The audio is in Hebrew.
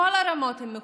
בכל הרמות הם מקוממים.